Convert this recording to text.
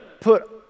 put